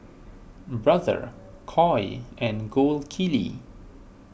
Brother Koi and Gold Kili